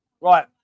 Right